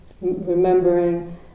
remembering